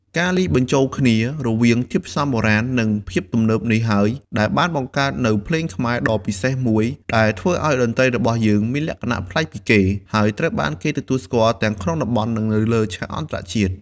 ការលាយបញ្ចូលគ្នា រវាងធាតុផ្សំបុរាណ និងភាពទំនើបនេះហើយ ដែលបានបង្កើតនូវ ភ្លេងខ្មែរ ដ៏ពិសេសមួយ ដែលធ្វើឱ្យតន្ត្រីរបស់យើងមាន លក្ខណៈប្លែកពីគេ ហើយត្រូវបានគេទទួលស្គាល់ទាំងក្នុងតំបន់ និងនៅលើឆាកអន្តរជាតិ។